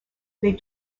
les